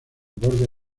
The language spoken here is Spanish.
borde